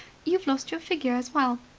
you've lost your figure as well.